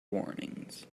warnings